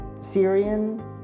Syrian